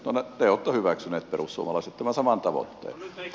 te olette hyväksyneet perussuomalaiset tämän saman tavoitteen